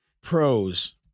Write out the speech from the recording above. Pros